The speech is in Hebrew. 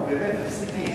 באמת תפסיק עם זה.